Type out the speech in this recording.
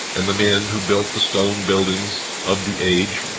and the men who built the stone buildings of the age.